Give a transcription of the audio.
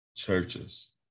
Churches